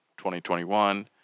2021